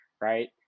right